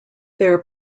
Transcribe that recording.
their